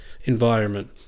environment